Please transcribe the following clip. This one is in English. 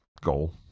goal